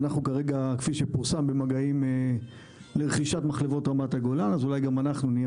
אנחנו כרגע במגעים לרכישת מחלבות רמת הגולן אז אולי גם אנחנו נהיה